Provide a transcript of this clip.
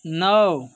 नौ